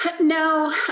No